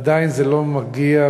עדיין זה לא מגיע,